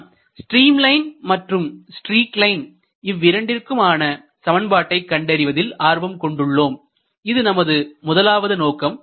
நாம் stream line மற்றும் streak line இவ்விரண்டிற்கும் ஆன சமன்பாட்டை கண்டறிவதில் ஆர்வம் கொண்டுள்ளோம் இது நமது முதலாவது நோக்கம்